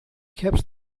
kept